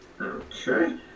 Okay